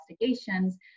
investigations